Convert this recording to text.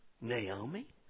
Naomi